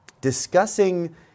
discussing